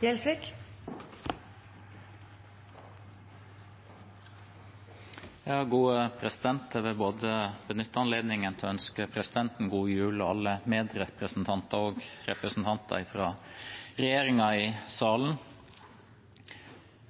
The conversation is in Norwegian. Jeg vil benytte anledningen til å ønske god jul til både presidenten, alle medrepresentanter og alle fra regjeringen i salen.